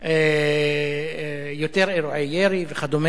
יותר אירועי ירי וכדומה.